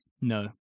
No